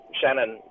shannon